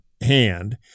hand